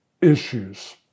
issues